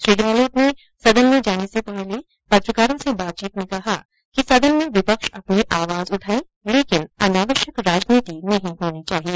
श्री गहलोत ने सदन में जाने से पहले पत्रकारों से बातचीत में कहा कि सदन में विपक्ष अपनी आवाज उठाये लेकिन अनावश्यक राजनीति नहीं होनी चाहिए